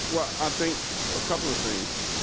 well, i think a couple of things.